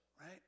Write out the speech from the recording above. right